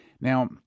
Now